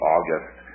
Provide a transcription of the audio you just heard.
August